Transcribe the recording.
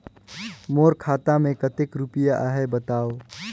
मोर खाता मे कतेक रुपिया आहे बताव?